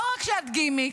לא רק שאת גימיק,